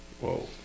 Whoa